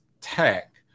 tech